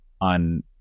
on